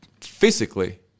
physically